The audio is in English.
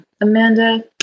Amanda